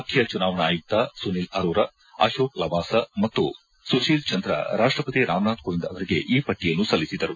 ಮುಖ್ಯ ಚುನಾವಣಾ ಆಯುಕ್ತ ಸುನೀಲ್ ಅರೋರಾ ಅಶೋಕ್ ಲವಾಸ ಮತ್ತು ಸುಶೀಲ್ ಚಂದ್ರ ರಾಷ್ಟಪತಿ ರಾಮನಾಥ್ ಕೋವಿಂದ್ ಅವರಿಗೆ ಈ ಪಟ್ಟಿಯನ್ನು ಸಲ್ಲಿಸಿದರು